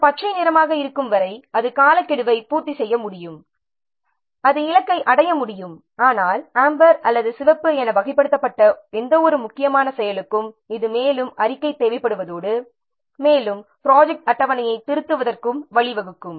இது பச்சை நிறமாக இருக்கும் வரை அது காலக்கெடுவை பூர்த்தி செய்ய முடியும் அது இலக்கை அடைய முடியும் ஆனால் அம்பர் அல்லது சிவப்பு என வகைப்படுத்தப்பட்ட எந்தவொரு முக்கியமான செயலுக்கும் இது மேலும் அறிக்கை தேவைப்படுவதோடு மேலும் ப்ராஜெக்ட் அட்டவணையை திருத்துவதற்கு வழிவகுக்கும்